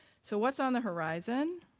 so what's on the horizon?